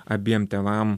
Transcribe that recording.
abiem tėvam